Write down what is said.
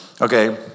Okay